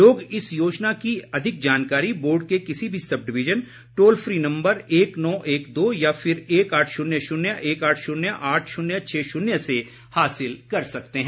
लोग इस योजना की अधिक जानकारी बोर्ड के किसी भी subdivision toll free number एक नौ एक दो या फिर एक आठ शून्य शून्य एक आठ शून्य आठ शून्य छः शून्य से हासिल कर सकते हैं